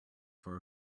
for